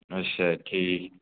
ਅੱਛਾ ਠੀਕ